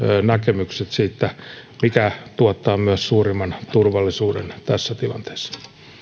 näkemykset siitä mikä tuottaa myös suurimman turvallisuuden tässä tilanteessa